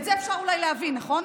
את זה אפשר אולי להבין, נכון?